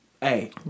Hey